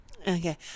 Okay